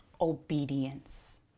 obedience